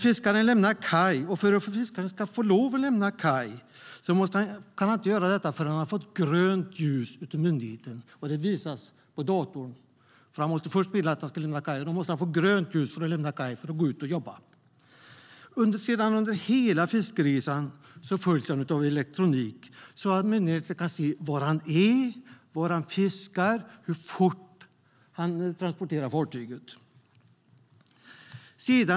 För att fiskaren ska få lov att lämna kaj och gå ut och jobba måste han först ha fått grönt ljus av myndigheten, och det visas på datorn. Han måste nämligen först meddela att han ska lämna kaj. Under hela fiskeresan följs han sedan av elektronik så att myndigheten kan se var han är, var han fiskar och hur fort fartyget går.